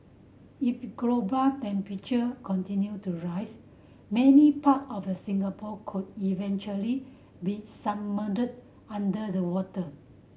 if global temperatures continue to rise many part of the Singapore could eventually be submerged under the water